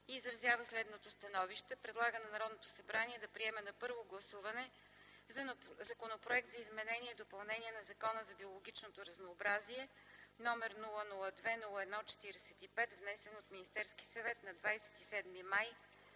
изразява следното становище: Предлага на Народното събрание да приеме на първо гласуване Законопроект за изменение и допълнение на Закона за биологичното разнообразие, № 002-01-45, внесен от Министерския съвет на 27 май